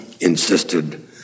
insisted